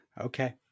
Okay